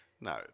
No